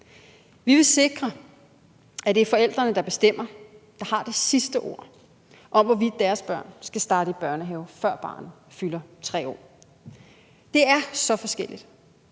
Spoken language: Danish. Vi vil sikre, at det er forældrene, der bestemmer og har det sidste ord, med hensyn til hvorvidt deres barn skal starte i børnehave, før barnet fylder 3 år. Det er så forskelligt